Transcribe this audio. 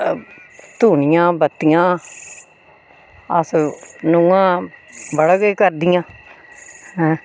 धूनियां बत्तियां अस नूंहां बड़ा किश करदियां ऐं